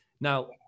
Now